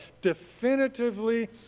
definitively